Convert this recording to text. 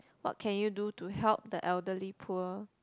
what can you do to help the elderly poor